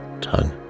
tongue